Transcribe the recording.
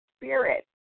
spirit